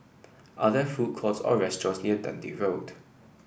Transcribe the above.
are there food courts or restaurants near Dundee Road